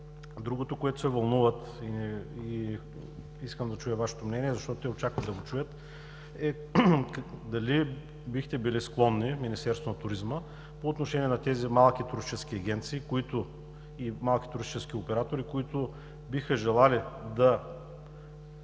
Другото, от което се вълнувам и искам да чуя Вашето мнение, защото и те очакват да го чуят, е: дали бихте били склонни от Министерството на туризма по отношение на тези малки туристически агенции и малки туристически оператори, които биха желали в